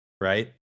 right